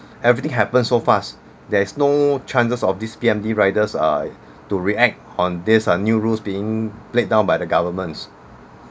everything happens so fast there's no chances of this P_M_D riders err to react on this uh new rules being laid down by the governments